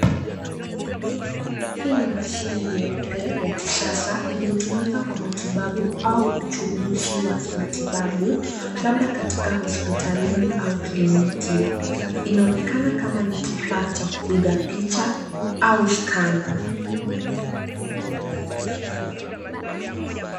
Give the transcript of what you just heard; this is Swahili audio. Hii ni mashine nyeupe ya kisasa iliyotumika kwa matibabu au uchunguzi wa kimatibabu. Labda katika hospitalini au kliniki. Inaonekana kama ni kifaa cha kupiga picha au (cs)scanner(cs).